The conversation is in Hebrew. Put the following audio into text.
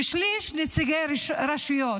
שליש, נציגי רשויות,